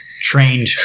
trained